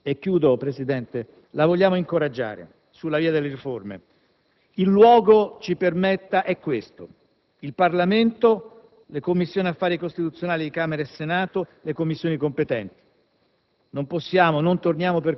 Noi, signor Presidente del Consiglio, vogliamo incoraggiarla sulla via delle riforme. Il luogo - ci permetta - è questo: il Parlamento, le Commissioni affari costituzionali di Camera e Senato, le Commissioni competenti.